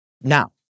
Now